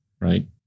Right